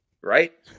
right